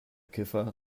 kiffer